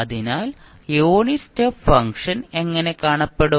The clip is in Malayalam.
അതിനാൽ യൂണിറ്റ് സ്റ്റെപ്പ് ഫംഗ്ഷൻ എങ്ങനെ കാണപ്പെടും